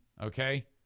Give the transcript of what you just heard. Okay